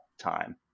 time